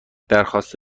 درخواست